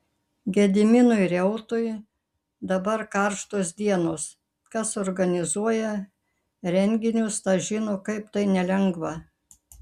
gediminui reutui dabar karštos dienos kas organizuoja renginius tas žino kaip tai nelengva